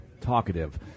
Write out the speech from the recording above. talkative